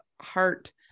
heart